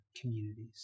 communities